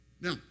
Now